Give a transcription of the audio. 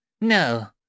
No